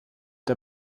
der